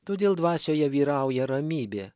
todėl dvasioje vyrauja ramybė